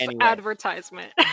advertisement